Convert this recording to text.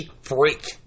freak